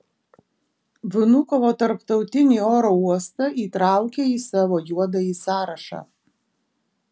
vnukovo tarptautinį oro uostą įtraukė į savo juodąjį sąrašą